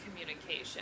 communication